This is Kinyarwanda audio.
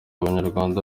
abanyarwanda